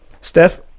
Steph